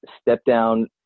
step-down